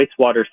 wastewater